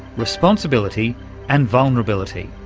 responsibility and vulnerability?